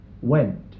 went